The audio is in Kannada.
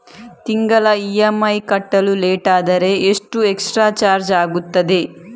ತಿಂಗಳ ಇ.ಎಂ.ಐ ಕಟ್ಟಲು ಲೇಟಾದರೆ ಎಷ್ಟು ಎಕ್ಸ್ಟ್ರಾ ಚಾರ್ಜ್ ಆಗುತ್ತದೆ?